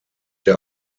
der